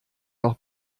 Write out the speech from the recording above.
noch